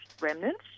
remnants